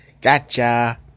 Gotcha